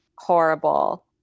horrible